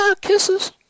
Kisses